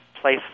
place